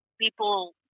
people